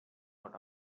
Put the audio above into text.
out